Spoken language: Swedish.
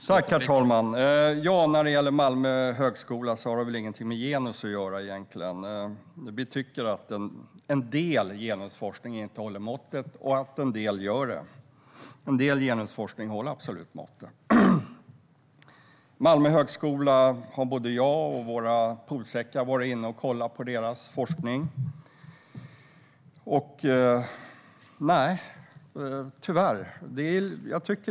Herr talman! Malmö högskola har väl egentligen inget med genus att göra. Vi tycker att en del genusforskning inte håller måttet medan en del håller måttet. Både jag och våra politiska sekreterare har varit inne och tittat på forskningen vid Malmö högskola.